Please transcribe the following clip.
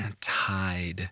tide